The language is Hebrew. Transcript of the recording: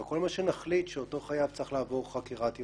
וכל מה שנחליט זה שאותו חייב צריך לעבור חקירת יכולת.